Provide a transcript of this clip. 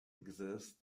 exist